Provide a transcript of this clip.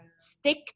Stick